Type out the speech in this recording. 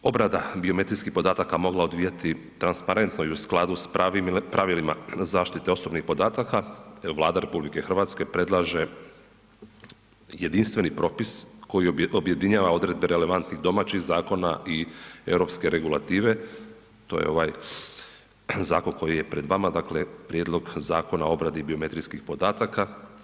Kako bi se obrada biometrijskih podataka mogla odvijati transparentno i u skladu s pravilima zaštite osobnih podataka, Vlada RH predlaže jedinstveni propis koji objedinjava odredbe relevantnih domaćih zakona i europske regulative, to je ovaj zakon koji je pred vama dakle Prijedlog zakona o obradi biometrijskih podataka.